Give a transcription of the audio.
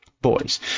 boys